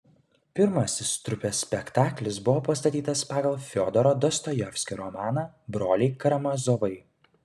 pirmasis trupės spektaklis buvo pastatytas pagal fiodoro dostojevskio romaną broliai karamazovai